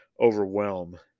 overwhelm